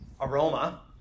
aroma